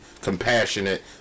compassionate